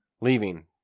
leaving